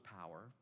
power